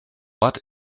ort